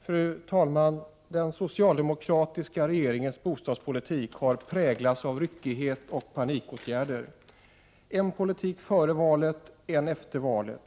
Fru talman! Den socialdemokratiska regeringens bostadspolitik har präglats av ryckighet och panikåtgärder. Man har fört en politik före valet, och en annan efter.